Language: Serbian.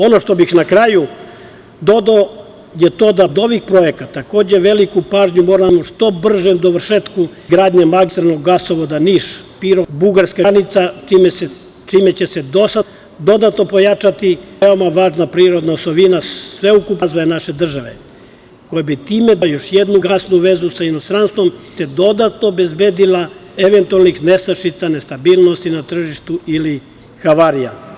Ono što bih na kraju dodao je to da pored ovih projekata, takođe veliku pažnju moramo da posvetimo što bržem dovršetku izgradnje magistralnog gasovoda Niš-Pirot-bugarska granica, čime će se dodatno pojačati ova veoma važna prirodna osovina sveukupnog razvoja naše države, koja bi time dobila još jednu gasnu vezu sa inostranstvom i time se dodatno obezbedila od eventualnih nestašica, nestabilnosti na tržištu ili havarija.